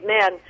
men